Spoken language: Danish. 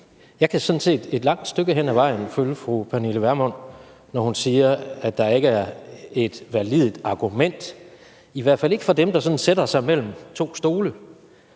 Jeg kan sådan set et godt stykke hen ad vejen følge fru Pernille Vermund, når hun siger, at der ikke er et validt argument, i hvert fald ikke fra dem, der sætter sig mellem to stole.